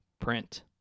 print